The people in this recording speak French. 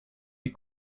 les